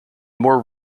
more